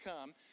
come